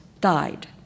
died